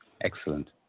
Excellent